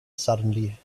suddenly